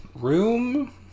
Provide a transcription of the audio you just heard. room